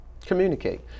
Communicate